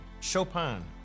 Chopin